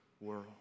world